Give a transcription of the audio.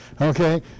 Okay